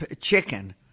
chicken